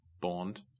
Bond